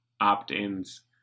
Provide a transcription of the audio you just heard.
opt-ins